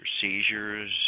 seizures